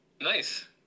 Nice